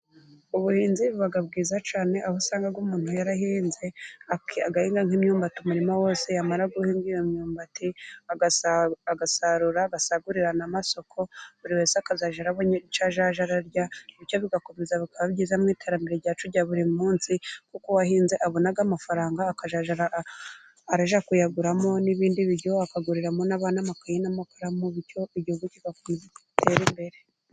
Ubuhinzi buba bwiza cyane, aho usanga umuntu yarahinze, agahinga nk'imyumbati umuririma wose, yamara guhinga iyo myumbati, agasarura. Agasagurira n'amasoko, buri wese akazajya abona icyo ararya, bityo bigakomeza bikaba byiza mu iterambere ryacu rya buri munsi, kuko uwahinze abona amafaranga akajya arajya kuyaguramo n'ibindi biryo, akaguriramo n'abana amakayi n'amakaramu bityo igihugu kigakomeza gutera imbere.